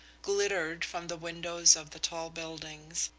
glittered from the windows of the tall buildings,